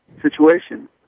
situation